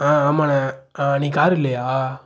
ஆ ஆமாண்ண அன்றைக்கி கார் இல்லையா